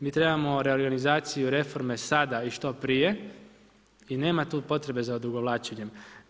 Mi trebamo reorganizaciju reforme sada i što prije i nema tu potrebe za odugovlačenjem.